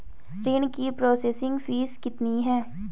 ऋण की processing fee कितनी है?